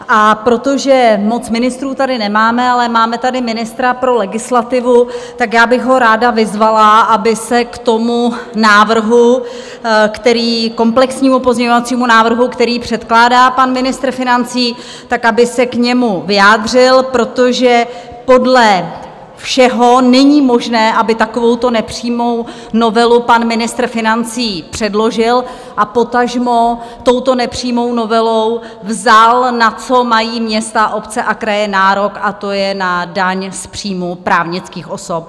A protože moc ministrů tady nemáme, ale máme tady ministra pro legislativu, tak bych ho ráda vyzvala, aby se k tomu návrhu, ke komplexnímu pozměňovacímu návrhu, který předkládá pan ministr financí, aby se k němu vyjádřil, protože podle všeho není možné, aby takovouto nepřímou novelu pan ministr financí předložil, a potažmo touto nepřímou novelou vzal, na co mají města, obce a kraje nárok, a to je daň z příjmů právnických osob.